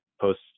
post